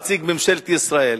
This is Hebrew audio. נציג ממשלת ישראל,